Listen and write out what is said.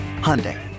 Hyundai